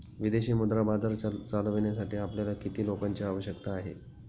विदेशी मुद्रा बाजार चालविण्यासाठी आपल्याला किती लोकांची आवश्यकता आहे?